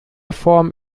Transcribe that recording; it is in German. form